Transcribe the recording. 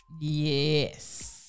Yes